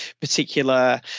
particular